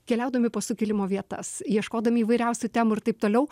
keliaudami po sukilimo vietas ieškodami įvairiausių temų ir taip toliau